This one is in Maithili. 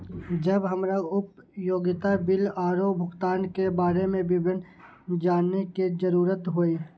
जब हमरा उपयोगिता बिल आरो भुगतान के बारे में विवरण जानय के जरुरत होय?